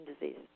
disease